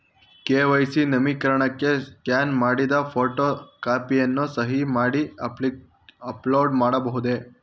KYC ನವೀಕರಣಕ್ಕೆ scan ಮಾಡಿದ photo ಕಾಪಿಯನ್ನು ಸಹಿ ಮಾಡಿ ಅಪ್ಲೋಡ್ ಮಾಡಬಹುದೇ?